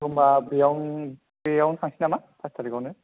होमबा बेयाव बेयावनो थांसै नामा पास थारिकयावनो